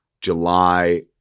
July